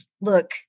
look